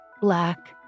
black